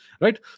right